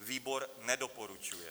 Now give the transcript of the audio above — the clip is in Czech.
Výbor nedoporučuje.